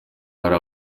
hari